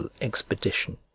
expedition